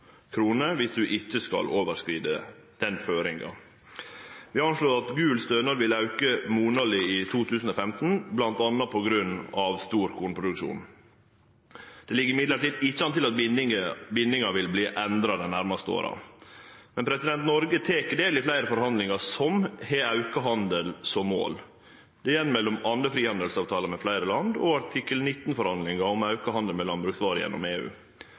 ikkje skal overskride denne føringa. Vi har anslått at gul stønad vil auke monaleg i 2015, bl.a. på grunn av stor kornproduksjon. Det ligg ikkje an til at bindinga vil verte endra dei næraste åra. Noreg tek del i fleire forhandlingar som har auka handel som mål. Det gjeld m.a. frihandelsavtalar med fleire land og artikkel l9-forhandlingar om auka handel med landbruksvarer med EU.